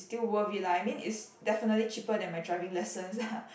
still worth it lah I mean it's definitely cheaper than my driving lessons uh